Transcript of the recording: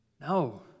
No